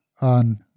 on